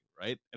right